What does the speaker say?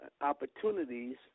opportunities